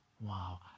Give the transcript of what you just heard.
Wow